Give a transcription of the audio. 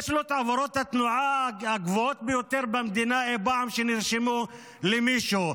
יש לו את עבירות התנועה הגבוהות ביותר אי-פעם שנרשמו למישהו במדינה.